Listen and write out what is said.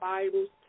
Bibles